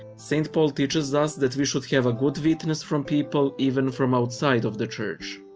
st. paul teaches us that we should have a good witness from people even from outside of the church.